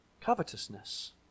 Covetousness